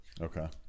okay